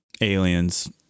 Aliens